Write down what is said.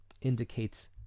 indicates